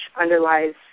underlies